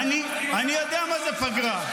אני יודע מה זה פגרה.